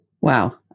Wow